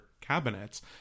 Cabinets